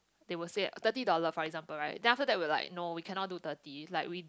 they will say thirty dollar for example right then after that we were like no we cannot take thirty is like we